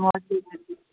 हजुर